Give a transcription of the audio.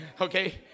Okay